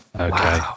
Okay